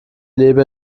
lebe